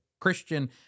Christian